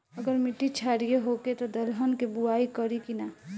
अगर मिट्टी क्षारीय होखे त दलहन के बुआई करी की न?